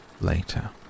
Later